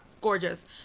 Gorgeous